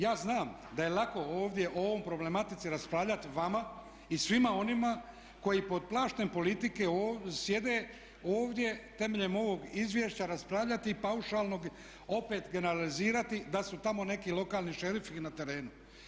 Ja znam da je lako ovdje o ovoj problematici raspravljati vama i svima onima koji pod plaštem politike ovdje sjede i temeljem ovog izvješća raspravljaju paušalno i opet generalizirati da su tamo neki lokalni šerifi na terenu.